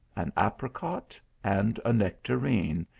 an apricot, and a nectarine,